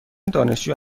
دانشجو